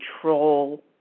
control